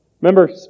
Remember